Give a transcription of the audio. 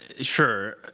Sure